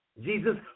Jesus